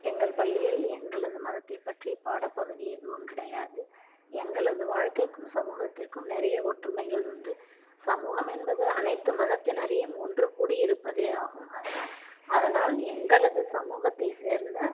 எங்கள் பள்ளியில் எங்களது மதத்தை பற்றி பாட பகுதி எதுவும் கிடையாது எங்களது வாழ்க்கைக்கும் சமூகத்திற்கும் நிறைய ஒற்றுமைகள் உண்டு சமூகம் என்பது அனைத்து மதத்தினரையும் ஒன்று கூடி இருப்பதே ஆகும் அதனால் அதனால் எங்களது சமூகத்தை சேர்ந்த